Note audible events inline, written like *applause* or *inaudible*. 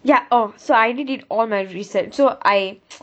ya oh so I already did all my research so I *noise*